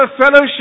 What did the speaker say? fellowship